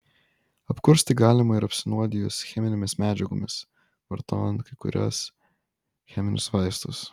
apkursti galima ir apsinuodijus cheminėmis medžiagomis vartojant kai kuriuos cheminius vaistus